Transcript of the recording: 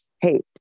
hate